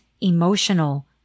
emotional